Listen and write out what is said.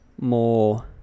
more